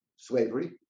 slavery